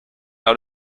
out